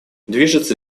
движется